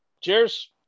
Cheers